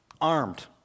armed